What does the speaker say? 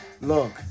Look